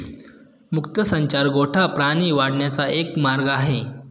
मुक्त संचार गोठा प्राणी वाढवण्याचा एक मार्ग आहे